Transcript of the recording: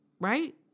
Right